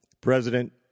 President